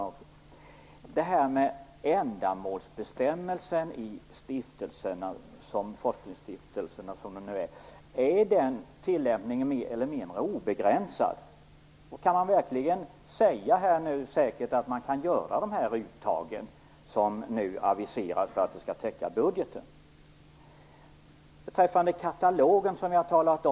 Är tillämpningen av ändamålsbestämmelsen i forskningsstiftelserna, som de ser ut i dag, mer eller mindre obegränsad? Kan man verkligen säkert säga att man kan göra de uttag som nu aviserats för att de skall täcka budgeten? Jag talade om katalogen.